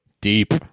Deep